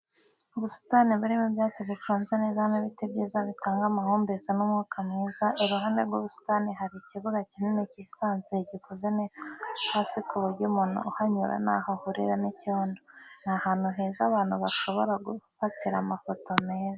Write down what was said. Ubusitani burimo ibyatsi biconze neza n'ibiti byiza bitanga amahumbezi n'umwuka mwiza, iruhande w'ubusitani hari ikibuga kinini cyisanzuye gikoze neza hasi ku buryo umuntu uhanyura ntaho ahurira n'icyondo. Ni ahantu heza abantu bashobora gufatira amafoto meza.